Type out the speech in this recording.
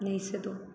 नई से तो